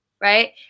Right